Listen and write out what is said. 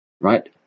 right